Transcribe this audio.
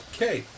Okay